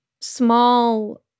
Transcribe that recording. small